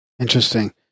Interesting